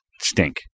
Stink